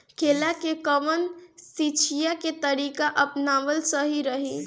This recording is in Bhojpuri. केला में कवन सिचीया के तरिका अपनावल सही रही?